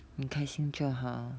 你开心就好